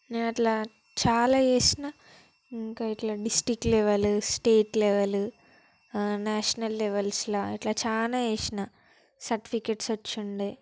నేనట్లా చాలా చేసాను ఇంకా ఇట్లా district level state level national లెవల్స్లో ఇట్లా చాలా చేసాను సర్టిఫికెట్స్ వచ్చిండే